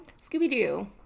Scooby-Doo